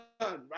right